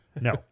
No